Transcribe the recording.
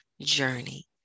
journey